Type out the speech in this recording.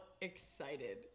excited